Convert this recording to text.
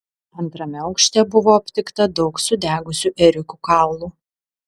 antrame aukšte buvo aptikta daug sudegusių ėriukų kaulų